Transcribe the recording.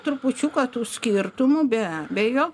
trupučiuką tų skirtumų be abejo